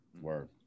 Word